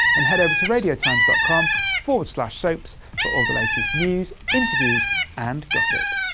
and head over to radiotimes dot com forward slash soaps for all the latest news, interviews and gossip.